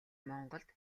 монголд